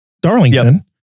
Darlington